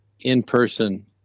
in-person